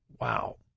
Wow